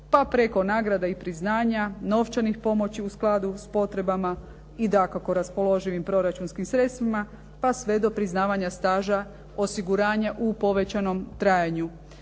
pa preko nagrada i priznanja, novčanih pomoći u skladu s potrebama i dakako raspoloživim proračunskim sredstvima, pa sve do priznavanja staža osiguranja u povećanom trajanju.